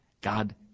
god